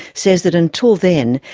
says that until then,